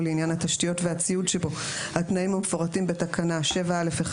לעניין התשתיות והציוד שבו התנאים המפורטים בתקנה 7(א)(1),